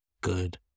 good